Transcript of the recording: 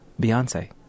Beyonce